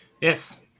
Yes